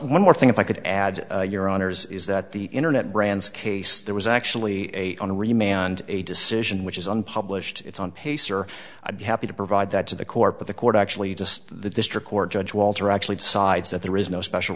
one more thing if i could add to your honor's is that the internet brands case there was actually a on the remain a decision which is unpublished it's on pacer i'd be happy to provide that to the court but the court actually just the district court judge walter actually decides that there is no special